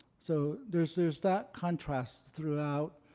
so there's there's that contrast throughout